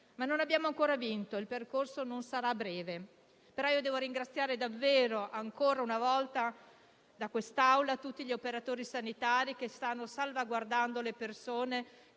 Ma non abbiamo ancora vinto: il percorso non sarà breve. Devo ringraziare davvero, ancora una volta, in quest'Aula, tutti gli operatori sanitari che stanno salvaguardando le persone,